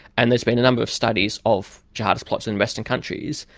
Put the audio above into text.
and there has been a number of studies of jihadist plots in western countries,